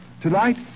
Tonight